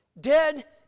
dead